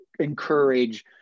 encourage